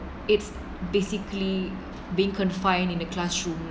it's basically being confined in the classroom